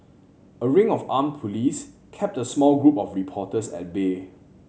a ring of armed police kept a small group of reporters at bay